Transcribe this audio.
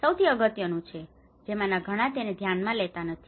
આ સૌથી અગત્યનું છે જેમાંના ઘણા તેને ધ્યાનમાં લેતા નથી